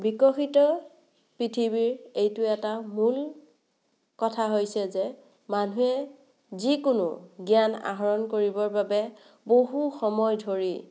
বিকশিত পৃথিৱীৰ এইটো এটা মূল কথা হৈছে যে মানুহে যিকোনো জ্ঞান আহৰণ কৰিবৰ বাবে বহু সময় ধৰি